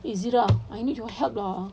izara I need your help lah